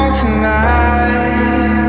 tonight